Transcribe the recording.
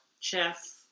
chess